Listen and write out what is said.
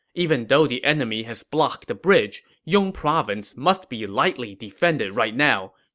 even though the enemy has blocked the bridge, yong province must be lightly defended right now.